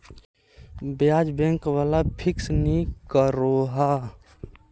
ब्याज़ बैंक वाला फिक्स नि करोह